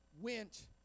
went